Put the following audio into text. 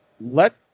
let